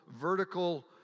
vertical